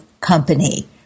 company